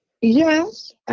Yes